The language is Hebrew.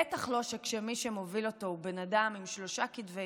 בטח לא כשמי שמוביל אותו הוא בן אדם עם שלושה כתבי